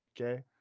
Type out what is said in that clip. Okay